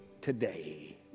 today